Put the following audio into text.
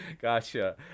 Gotcha